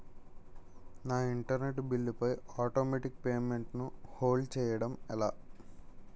నా internet bill పై automatic payment ను హోల్డ్ చేయటం ఎలా?